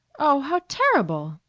oh, how terrible!